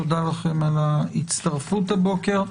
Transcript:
תודה לכם על ההצטרפות הבוקר.